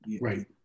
Right